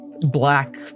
black